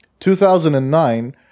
2009